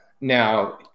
now